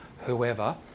whoever